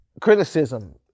criticism